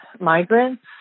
migrants